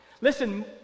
Listen